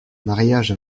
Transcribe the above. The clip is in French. mariage